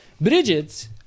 Bridget